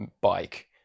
bike